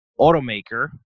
automaker